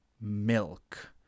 milk